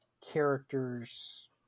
characters